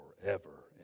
forever